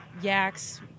yaks